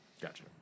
Gotcha